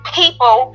people